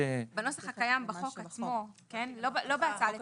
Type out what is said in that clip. בנוסח הקיים בחוק עצמו, לא בהצעה לתיקון,